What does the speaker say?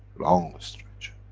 long stretch.